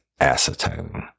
acetone